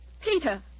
Peter